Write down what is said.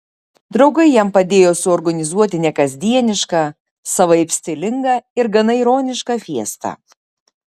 draugai jam padėjo suorganizuoti nekasdienišką savaip stilingą ir gana ironišką fiestą